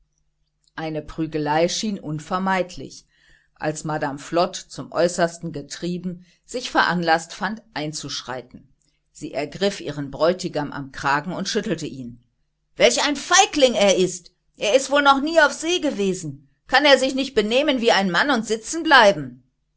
eine prügelei schien unvermeidlich als madame flod zum äußersten getrieben sich veranlaßt fand einzuschreiten sie ergriff ihren bräutigam am kragen und schüttelte ihn welch ein feigling er ist er ist wohl noch nie auf see gewesen kann er sich nicht benehmen wie ein mann und